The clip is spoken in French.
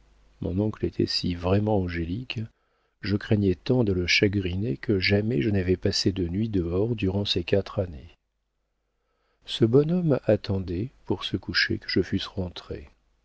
mon oncle était si vraiment angélique je craignais tant de le chagriner que jamais je n'avais passé de nuit dehors durant ces quatre années ce bon homme attendait pour se coucher que je fusse rentré